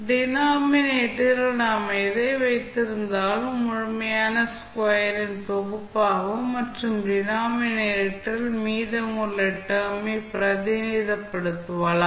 denominator ல் நாம் எதை வைத்திருந்தாலும் முழுமையான ஸ்கொயர் ன் தொகுப்பாகவும் மற்றும் டினாமினேட்டர் ல் மீதமுள்ள டெர்ம் பிரதிநிதித்துவப்படுத்தலாம்